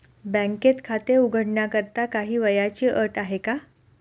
बँकेत खाते उघडण्याकरिता काही वयाची अट आहे का?